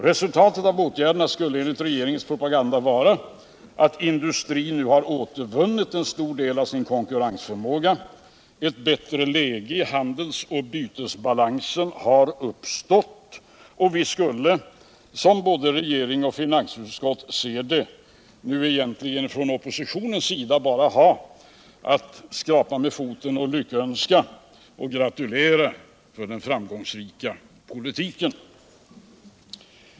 Resultatet av åtgärderna skulle enligt regeringens propaganda vara att industrin nu har återvunnit en stor del av sin konkurrensförmåga, att ett bättre läge i handelsoch bytesbalansen har uppstått, och vi skulle som både regeringen och finansutskottet ser det nu från oppositionens sida egentligen bara ha att skrapa med foten och gratulera till den framgångsrika politiken.